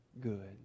good